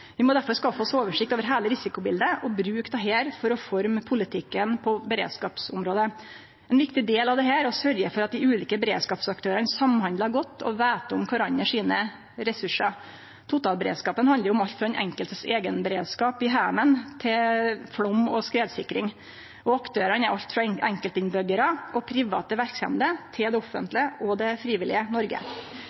Vi må derfor skaffe oss oversikt over heile risikobildet og bruke dette for å forme politikken på beredskapsområdet. Ein viktig del av dette er å sørgje for at dei ulike beredskapsaktørane samhandlar godt og veit om kvarandre sine ressursar. Totalberedskapen handlar om alt frå den enkeltes eigenberedskap i heimen til flaum- og skredsikring, og aktørane er alt frå enkeltinnbyggjarar og private verksemder til det offentlege og det frivillige Noreg.